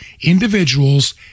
individuals